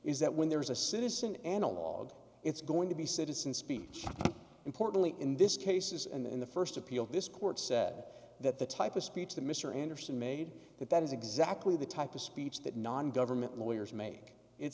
is that when there is a citizen analogue it's going to be citizen speech importantly in this case is in the first appeal this court said that the type of speech that mr anderson made that that is exactly the type of speech that non government lawyers make it